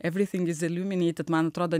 man atrodo